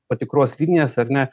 patikros linijas ar ne